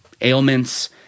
ailments –